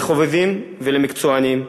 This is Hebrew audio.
לחובבים ולמקצוענים,